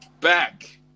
back